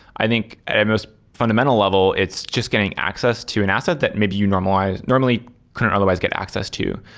i think at most fundamental level, it's just getting access to an asset that maybe you normally normally couldn't otherwise get access to.